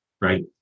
right